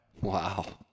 Wow